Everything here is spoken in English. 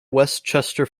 westchester